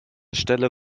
stelle